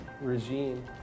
regime